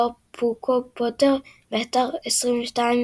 לא פוקו, פוטר, באתר ynet,